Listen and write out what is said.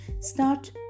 start